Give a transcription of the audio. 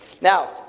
Now